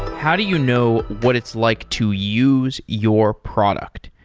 how do you know what it's like to use your product?